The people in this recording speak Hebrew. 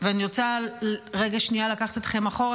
אני רוצה רגע לקחת אתכם אחורה,